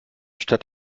stadt